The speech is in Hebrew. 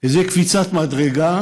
איזו קפיצת מדרגה